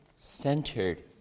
centered